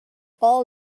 all